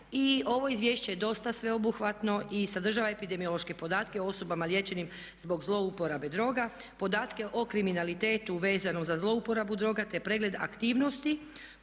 i ovo izvješće je dosta sveobuhvatno i sadržava epidemiološke podatke o osobama liječenim zbog zlouporabe droga, podatke o kriminalitetu vezano za zlouporabu droga te pregled aktivnosti